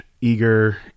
eager